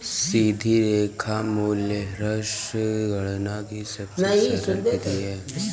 सीधी रेखा मूल्यह्रास गणना की सबसे सरल विधि है